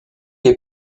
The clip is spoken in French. est